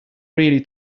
really